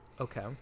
Okay